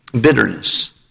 bitterness